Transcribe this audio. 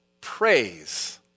praise